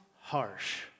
harsh